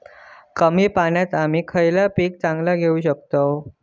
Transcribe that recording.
कमी पाण्यात आम्ही खयला पीक चांगला घेव शकताव?